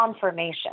confirmation